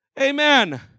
Amen